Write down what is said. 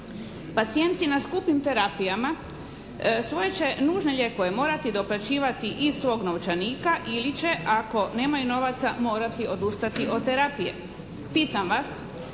Pacijenti na skupim terapijama svoje će nužne lijekove morati doplaćivati iz svog novčanika ili će ako nemaju novaca morati odustati od terapije. Pitam vas